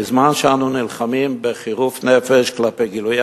בזמן שאנו נלחמים בחירוף נפש כלפי גילויי